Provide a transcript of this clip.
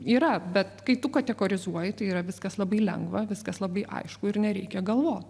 yra bet kai tu kategorizuoji tai yra viskas labai lengva viskas labai aišku ir nereikia galvot